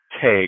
Take